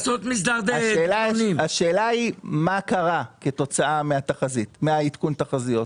מה קרה מעדכון התחזיות?